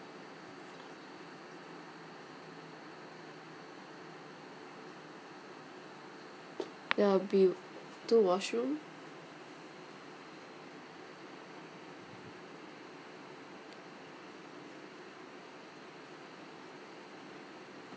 there'll be two washroom